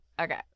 Okay